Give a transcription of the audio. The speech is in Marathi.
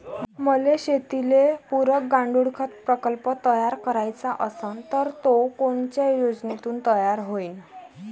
मले शेतीले पुरक गांडूळखत प्रकल्प तयार करायचा असन तर तो कोनच्या योजनेतून तयार होईन?